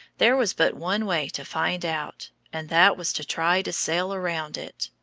there was but one way to find out, and that was to try to sail around it.